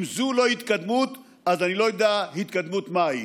אם זו לא התקדמות, אז אני לא יודע התקדמות מה היא.